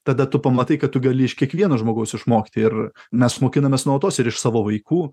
tada tu pamatai kad tu gali iš kiekvieno žmogaus išmokti ir mes mokinamės nuolatos ir iš savo vaikų